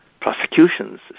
prosecutions